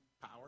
power